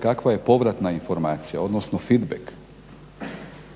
kakva je povratna informacija odnosno fitback?